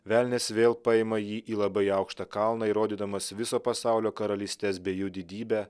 velnias vėl paima jį į labai aukštą kalną įrodydamas viso pasaulio karalystes bei jų didybę